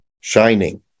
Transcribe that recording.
shining